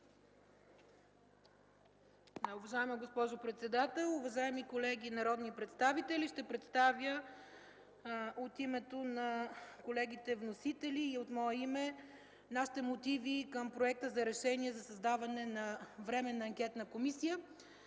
Уважаема госпожо председател, уважаеми колеги народни представители! Ще представя от името на колегите вносители и от мое име нашите мотиви към проекта за решение за създаване на Временна анкетна комисия.